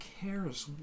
cares